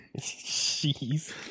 Jeez